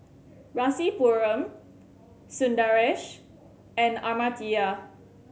Rasipuram Sundaresh and Amartya